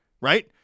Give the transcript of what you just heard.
right